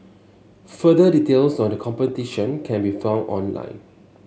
further details on the competition can be found online